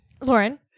Lauren